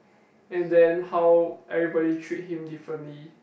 and then how everybody treat him differently